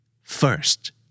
first